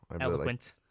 Eloquent